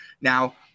Now